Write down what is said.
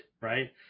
right